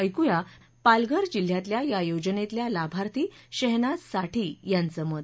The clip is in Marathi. ऐकूया पालघर जिल्ह्यातल्या या योजनेतल्या लाभार्थी सत्तिज आजम साठी यांचं मत